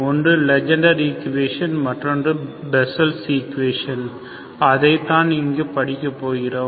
ஒன்று Legendre equation மற்றொன்று Bessel equation அதைத்தான் இங்கு படிக்கப் போகிறோம்